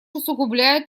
усугубляет